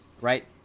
right